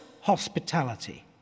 hospitality